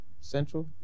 Central